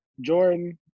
Jordan